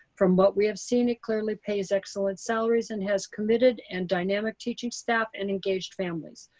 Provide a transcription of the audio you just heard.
from what we have seen it clearly pays excellent salaries and has committed and dynamic teaching staff and engaged families.